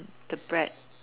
the bread